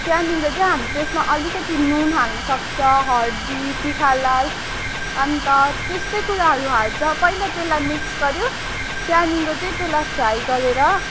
त्यहाँदेखिको हामी त्यसमा अलिकति नुन हाल्नु सक्छ हर्दी तिखालाल अन्त त्यस्तै कुराहरू हाल्छ पहिला त्यसलाई मिक्स गऱ्यो त्यहाँदेखि चाहिँ तेलाई फ्राई गरेर